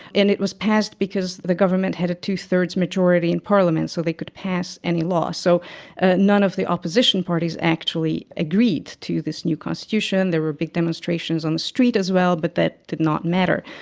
and it was passed because the government had a two-thirds majority in parliament, so they could pass any law. so none of the opposition parties actually agreed to this new constitution and there were big demonstrations on the street as well, but that did not matter.